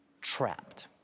Trapped